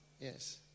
Yes